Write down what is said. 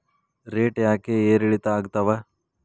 Rate ಯಾಕೆ ಏರಿಳಿತ ಆಗ್ತಾವ?